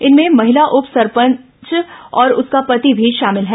इनमें महिला उप सरपंच और उसका पति भी शामिल है